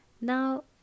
Now